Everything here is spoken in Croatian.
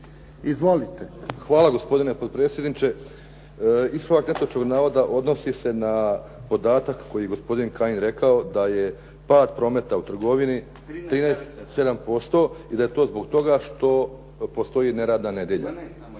Hvala, gospodine potpredsjedniče. Ispravak netočnog navoda odnosi se na podatak koji je gospodin Kajin rekao da je pad prometa u trgovini 13,7% i da je to zbog toga što postoji neradna nedjelja.